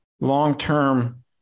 long-term